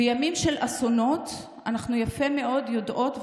בימים של אסונות אנחנו יפה מאוד יודעות,